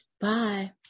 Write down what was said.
Bye